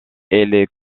est